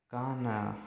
ꯀꯥꯟꯅ